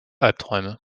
albträume